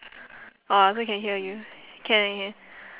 ah also can hear you can can can